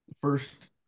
First